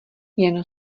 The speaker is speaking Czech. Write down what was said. jen